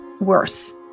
worse